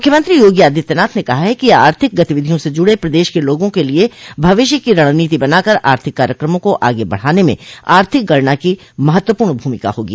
मुख्यमंत्री योगी आदित्यनाथ ने कहा है कि आर्थिक गतिविधियों से जुड़े प्रदेश के लोगों के लिये भविष्य की रणनीति बनाकर आर्थिक कार्यक्रमों को आगे बढ़ाने में आर्थिक गणना की महत्वपूर्ण भूमिका होगी